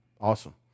Awesome